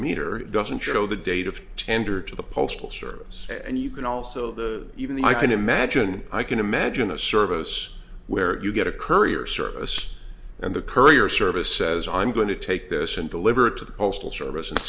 meter doesn't show the date of tender to the postal service and you can also the even though i can imagine i can imagine a service where you get a courier service and the courier service says i'm going to take this and deliver it to the postal service and